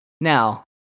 Now